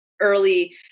early